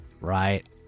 right